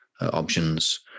options